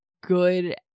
good